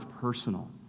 personal